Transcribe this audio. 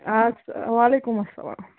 اَدٕ سا وعلیکُم اَسلام